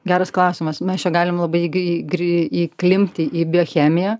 geras klausimas mes čia galim labai gi gri įklimpti į biochemiją